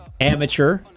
Amateur